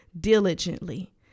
diligently